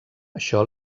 això